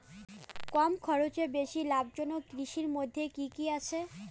কম খরচে বেশি লাভজনক কৃষির মইধ্যে কি কি আসে?